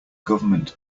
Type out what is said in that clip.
government